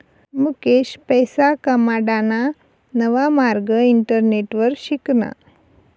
मुकेश पैसा कमाडाना नवा मार्ग इंटरनेटवर शिकना